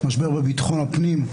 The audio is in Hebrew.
משבר בביטחון הפנים.